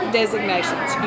designations